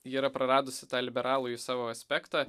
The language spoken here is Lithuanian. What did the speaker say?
ji yra praradusi tą liberalųjį savo aspektą